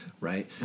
Right